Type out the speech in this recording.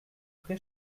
pré